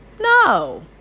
No